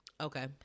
Okay